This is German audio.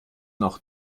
noch